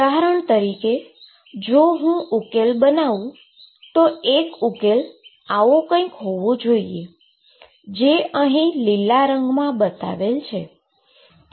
ઉદાહરણ તરીકે જો હું ઉકેલ બનાવું તો એક ઉકેલ આવો કંઈક હોવો જોઈએ જે લીલા રંગમા બતાવેલ છે